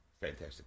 Fantastic